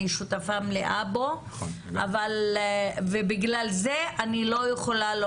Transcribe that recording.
אני שותפה מלאה בו ובגלל זה אני לא יכולה לא